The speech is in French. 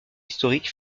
historique